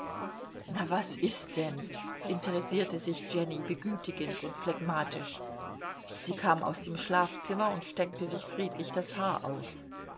na was ist denn interessierte sich jenny begütigend und phlegmatisch sie kam aus dem schlafzimmer und steckte sich friedlich das haar auf